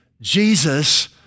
Jesus